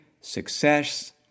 success